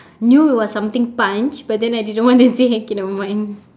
knew it was something punch but then I didn't want to say okay nevermind